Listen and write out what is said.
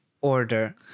order